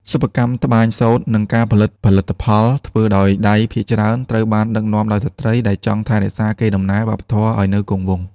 សិប្បកម្មត្បាញសូត្រ និងការផលិតផលិតផលធ្វើដោយដៃភាគច្រើន ត្រូវបានដឹកនាំដោយស្ត្រីដែលចង់ថែរក្សាកេរដំណែលវប្បធម៌ឱ្យនៅគង់វង្ស។